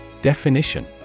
Definition